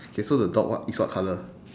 okay so the dog what is what colour